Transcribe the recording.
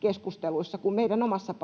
pidemmällä kuin meidän omassa